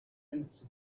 minutes